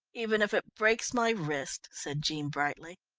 even if it breaks my wrist, said jean brightly.